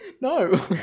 No